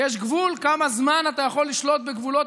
יש גבול כמה זמן אתה יכול לשלוט בגבולות